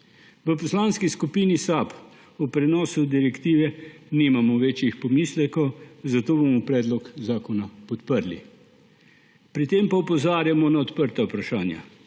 V Poslanski skupini SAB o prenosu direktive nimamo večjih pomislekov, zato bomo predlog zakona podprli. Pri tem pa opozarjamo na odprta vprašanja.